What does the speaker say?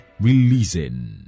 releasing